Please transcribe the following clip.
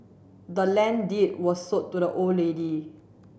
the land deed was sold to the old lady